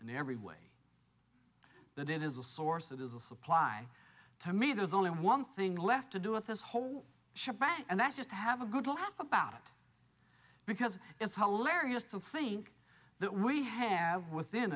in every way that it is a source it is a supply to me there's only one thing left to do with this whole ship bang and that's just to have a good laugh about it because it's hilarious to think that we have within